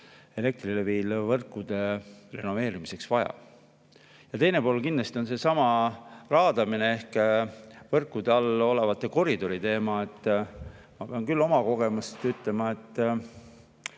elektrilevivõrkude renoveerimiseks. Teine pool on kindlasti seesama raadamine ehk võrkude all olevate koridoride teema. Ma pean oma kogemusest ütlema, et